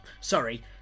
sorry